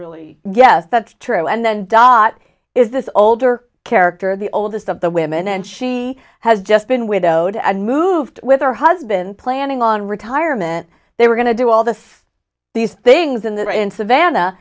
really yes that's true and then dot is this older character the oldest of the women and she has just been widowed and moved with her husband planning on retirement they were going to do all the these things in there in savannah